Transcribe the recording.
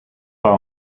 par